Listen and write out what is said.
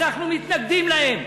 אנחנו מתנגדים להם,